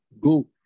Go